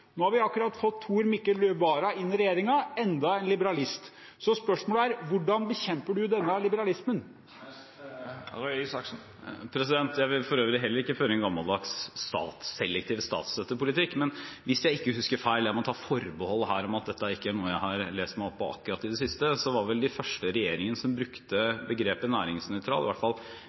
nå har vi akkurat fått Tor Mikkel Vara inn i regjeringen, enda en liberalist. Hvordan bekjemper statsråden denne liberalismen? Jeg vil for øvrig heller ikke føre en gammeldags, selektiv statsstøttepolitikk. Men hvis jeg ikke husker feil – jeg må ta forbehold om at dette ikke er noe jeg har lest meg opp på akkurat i det siste – var vel den første regjeringen som brukte begrepet næringsnøytral,